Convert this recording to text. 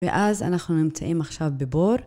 ואז אנחנו נמצאים עכשיו בבור.